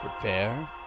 Prepare